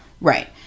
right